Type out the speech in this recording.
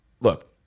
Look